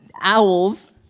owls